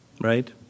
Right